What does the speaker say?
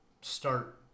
start